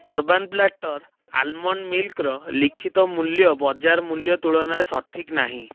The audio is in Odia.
ଅରବାନ୍ ପ୍ଲାଟର ଆଲମଣ୍ଡ୍ ମିଲକ୍ର ଲିଖିତ ମୂଲ୍ୟ ବଜାର ମୂଲ୍ୟ ତୁଳନାରେ ସଠିକ୍ ନାହିଁ